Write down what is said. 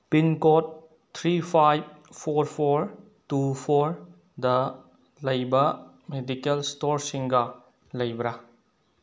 pin code three five four four two ꯐꯣꯔꯗ ꯂꯩꯕ medical ꯁ꯭ꯇꯣꯔꯁꯤꯡꯒ ꯂꯩꯕ꯭ꯔ